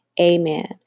Amen